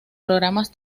programas